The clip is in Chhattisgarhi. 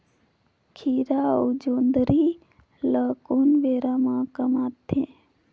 खीरा अउ जोंदरी ल कोन बेरा म कमाथे?